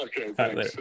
Okay